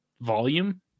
volume